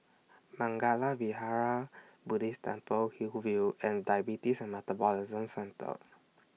Mangala Vihara Buddhist Temple Hillview and Diabetes and Metabolism Centre